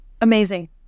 Amazing